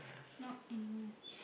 not anymore